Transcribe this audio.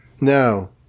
No